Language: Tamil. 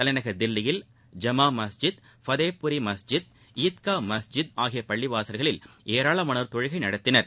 தலைநகர் தில்லியில் ஜமா மஸ்ஜித் பதேப்புரி மஸ்ஜித் ஈத்கா மஸ்ஜித் ஆகிய பள்ளிவாசல்களில் ஏராளமானோர் தொழுகை நடத்தினர்